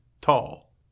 tall